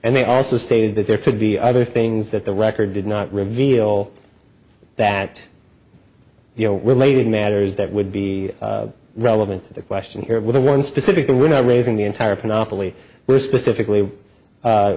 and they also stated that there could be other things that the record did not reveal that you know related matters that would be relevant to the question here with one specific and without raising the entire phenomenally were specifically